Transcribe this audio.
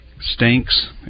stinks